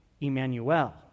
Emmanuel